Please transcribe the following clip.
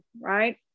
right